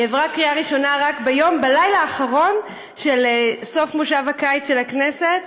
היא עברה בקריאה ראשונה רק בלילה האחרון של כנס הקיץ של הכנסת,